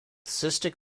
cystic